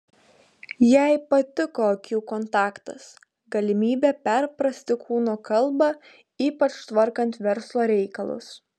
jai patiko akių kontaktas galimybė perprasti kūno kalbą ypač tvarkant verslo reikalus